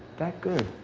that good?